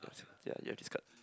ya you have this card